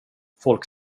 folk